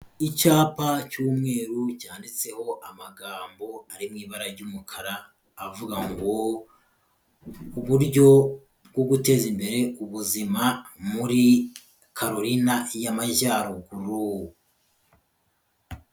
Icyapa cy'umweru cyanditseho amagambo ari mu ibara ry'umukara, avuga ngo uburyo bwo guteza imbere ubuzima muri Carolina y'amajyaruguru.